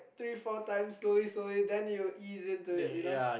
three four times slowly slowly then you'll ease into it you know